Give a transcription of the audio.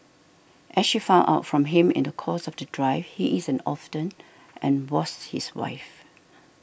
as she found out from him in the course of the drive he is an orphan and was his wife